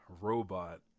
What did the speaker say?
robot